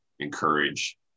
encourage